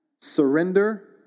Surrender